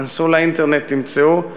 היכנסו לאינטרנט ותמצאו.